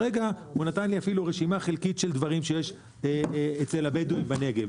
הוא נתן לי רשימה חלקית של דברים שיש אצל הבדואים בנגב